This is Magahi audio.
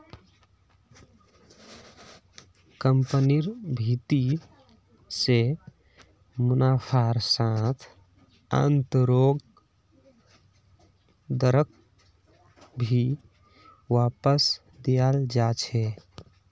कम्पनिर भीति से मुनाफार साथ आन्तरैक दरक भी वापस दियाल जा छे